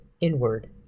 inward